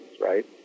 right